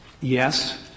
Yes